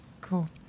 Cool